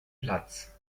platz